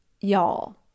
y'all